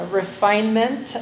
refinement